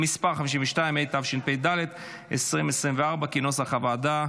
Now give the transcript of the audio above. מס' 52), התשפ"ד 2024, כנוסח הוועדה.